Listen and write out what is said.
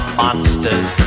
monsters